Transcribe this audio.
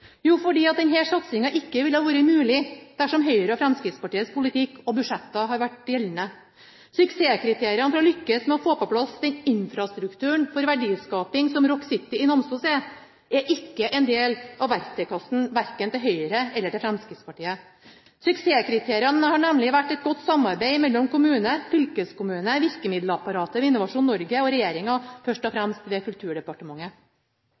Jo, fordi denne satsinga ikke ville vært mulig dersom Høyres og Fremskrittspartiets politikk og budsjetter hadde vært gjeldende. Suksesskriteriene for å lykkes med å få på plass den infrastrukturen for verdiskaping som Rock City i Namsos er, er ikke en del av verktøykassen til verken Høyre eller Fremskrittspartiet. Suksesskriteriene har nemlig vært et godt samarbeid mellom kommune, fylkeskommune, virkemiddelapparatet ved Innovasjon Norge og regjeringa, først og fremst ved Kulturdepartementet.